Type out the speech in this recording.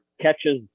catches